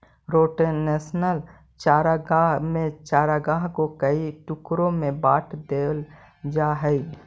rotational चारागाह में चारागाह को कई टुकड़ों में बांट देल जा हई